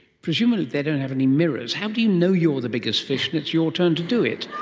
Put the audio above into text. presumably they don't have any mirrors, how do you know you're the biggest fish and it's your turn to do it?